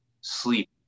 sleep